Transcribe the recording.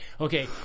Okay